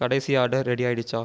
கடைசி order ready ஆயிடுச்சா